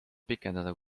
pikendada